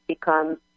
become